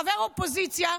חבר אופוזיציה.